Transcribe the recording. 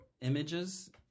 images